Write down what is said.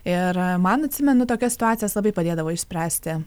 ir man atsimenu tokias situacijas labai padėdavo išspręsti